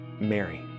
Mary